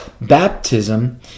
baptism